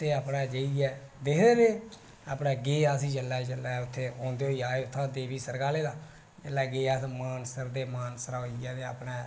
ते अपने जाइयै दिखदे रेह् अपने गे अस जी जेल्लै अस औंदे होई आए अस उत्थूं ते देवी सरगाले ते जेहले अस गेय अस मानसर ते मानसरा होइयै ते